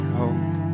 hope